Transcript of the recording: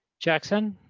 jackson.